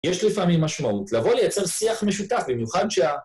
יש לפעמים משמעות לבוא לייצר שיח משותף במיוחד שה...